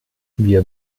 wir